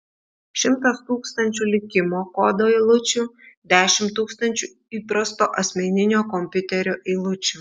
šimtas tūkstančių likimo kodo eilučių dešimt tūkstančių įprasto asmeninio kompiuterio eilučių